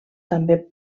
també